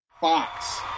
Fox